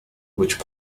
which